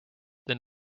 than